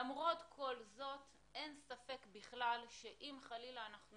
למרות כול זאת, אין ספק בכלל שאם חלילה אנחנו